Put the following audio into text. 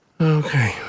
Okay